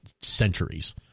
centuries